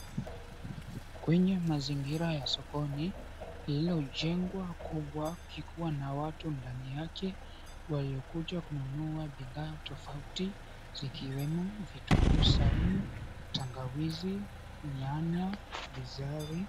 Kwenye mazingira ya sokoni lliilojengwa kubwa kikiwa na watu ndani yake waliokuja kununua bidhaa tofauti zikiwemo, vitunguu saumu, tangawizi, nyanya, bizari.